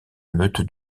meute